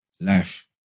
Life